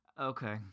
Okay